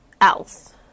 else